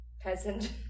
peasant